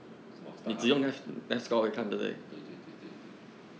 什么 starhub 对对对对对